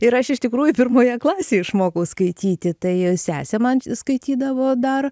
ir aš iš tikrųjų pirmoje klasėje išmokau skaityti tai sesė man skaitydavo dar